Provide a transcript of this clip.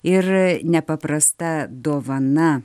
ir nepaprasta dovana